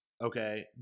Okay